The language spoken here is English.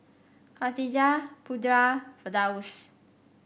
Khatijah Putra Firdaus